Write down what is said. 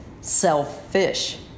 selfish